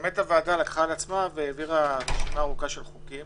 הוועדה לקחה על עצמה והעבירה רשימה ארוכה של חוקים